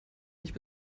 nicht